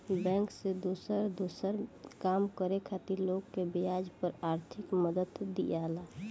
bank से दोसर दोसर काम करे खातिर लोग के ब्याज पर आर्थिक मदद दियाला